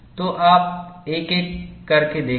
तो आप एक एक करके देखेंगे